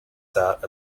sat